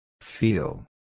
Feel